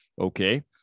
okay